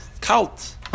cult